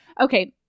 okay